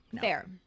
Fair